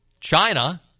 China